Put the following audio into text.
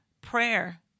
prayer